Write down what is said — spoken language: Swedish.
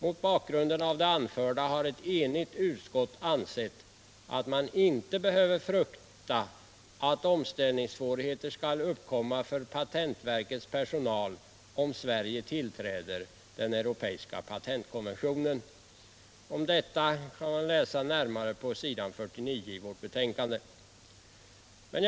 Mot bakgrund av det anförda har ett enigt utskott ansett att man inte behöver frukta att omställningssvårigheter skall uppkomma för patentverkets personal, om Sverige tillträder den europeiska patentkonventionen. — s. 49 i betänkandet.